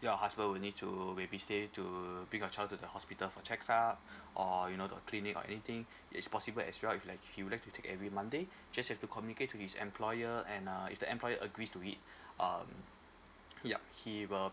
your husband will need to maybe stay to bring your child to the hospital for check ups or you know the clinic or anything it's possible as well if like he would like to take every monday just have to communicate to his employer and uh if the employer agrees to it um yup he will